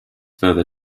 further